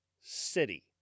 city